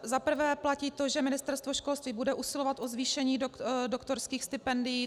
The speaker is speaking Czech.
Za prvé platí to, že Ministerstvo školství bude usilovat o zvýšení doktorských stipendií.